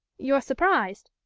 you're surprised?